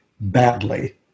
badly